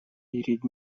перед